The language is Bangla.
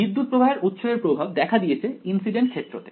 বিদ্যুত্ প্রবাহের উৎস এর প্রভাব দেখা দিয়েছে ইনসিডেন্ট ক্ষেত্র তে